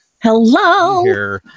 Hello